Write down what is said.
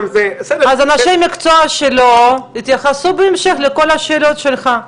אז אנשי המקצוע שלו יתייחסו בהמשך לכל השאלות שלך.